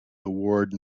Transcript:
award